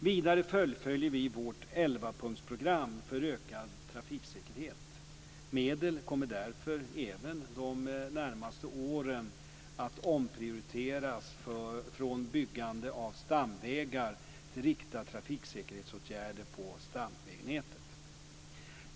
Vidare fullföljer vi vårt elvapunktsprogram för ökad trafiksäkerhet. Medel kommer därför även de närmaste åren att omprioriteras från byggande av stamvägar till riktade trafiksäkerhetsåtgärder på stamvägnätet.